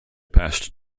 past